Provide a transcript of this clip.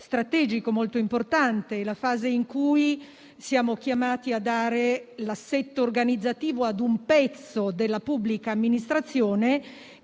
strategico e molto importante. È questa la fase in cui siamo chiamati a dare l'assetto organizzativo a un pezzo della pubblica amministrazione